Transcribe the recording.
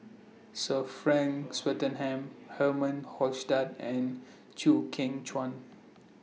Sir Frank Swettenham Herman Hochstadt and Chew Kheng Chuan